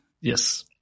Yes